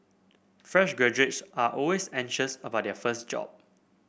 fresh graduates are always anxious about their first job